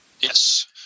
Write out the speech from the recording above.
Yes